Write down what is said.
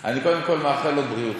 אני קודם כול מאחל לו בריאות.